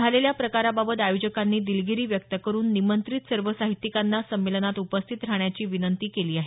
झालेल्या प्रकारबाबत आयोजकांनी दिलगिरी व्यक्त करून निमंत्रित सर्व साहित्यिकांना संमेलनात उपस्थित राहण्याची विनंती केली आहे